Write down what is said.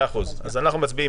אז אנחנו מצביעים.